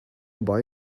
buy